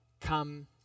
come